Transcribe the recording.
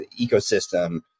ecosystem